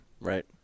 Right